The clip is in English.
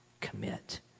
commit